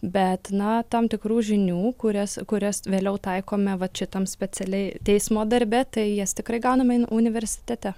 bet na tam tikrų žinių kurias kurias vėliau taikome vat šitam specialiai teismo darbe tai jas tikrai gauname universitete